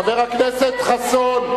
חבר הכנסת חסון.